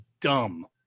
dumb